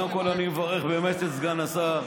קודם כול, אני מברך באמת את סגן השר,